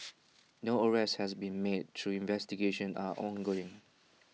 no arrests has been made though investigations are ongoing